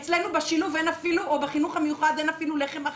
אצלנו בחינוך המיוחד אין אפילו לחם אחיד.